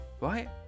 right